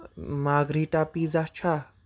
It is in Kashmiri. ماگریٖٹا پیٖزا چھا